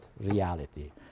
reality